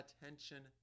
attention